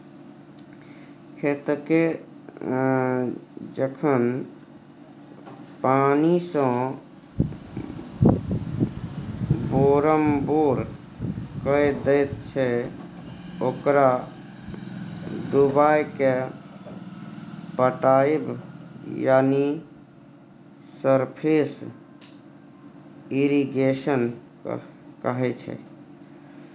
खेतकेँ जखन पानिसँ बोरमबोर कए दैत छै ओकरा डुबाएकेँ पटाएब यानी सरफेस इरिगेशन कहय छै